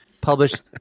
Published